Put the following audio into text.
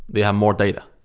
they have more data.